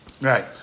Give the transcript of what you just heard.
Right